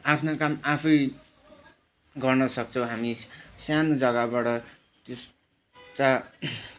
आफ्नो काम आफै गर्नसक्छौँ हामी सानो जग्गाबाट त्यस्ता